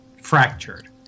fractured